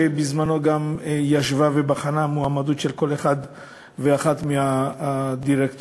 שבזמנו ישבה ובחנה מועמדות של כל אחד ואחת מהדירקטורים.